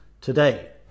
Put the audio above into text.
today